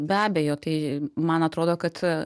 be abejo tai man atrodo kad